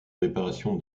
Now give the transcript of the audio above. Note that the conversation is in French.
réparation